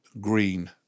green